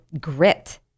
grit